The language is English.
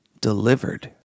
Delivered